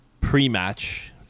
pre-match